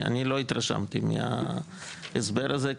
אני לא התרשמתי מההסבר הזה.